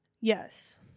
Yes